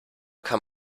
kann